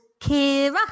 Kira